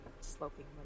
sloping